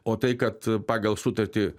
o tai kad pagal sutartį